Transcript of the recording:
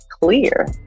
Clear